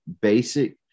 basic